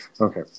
Okay